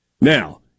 Now